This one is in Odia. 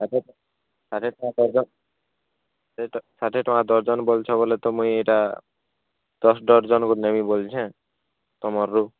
ଷାଠିଏ ଟଙ୍କା ଡ଼ର୍ଜନ୍ ଷାଠିଏ ଟଙ୍କା ଡ଼ର୍ଜନ୍ ବୋଲୁଛେ ବୋଲେ ତ ମୁଇଁ ଏଇଟା ଦଶ୍ ଡ଼ର୍ଜନ୍ ନେମି ବୋଲୁଛେଁ ତମର୍